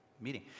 meeting